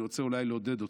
אני רוצה אולי לעודד אתכם.